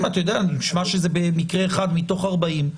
אם נשמע שזה במקרה אחד מתוך 40,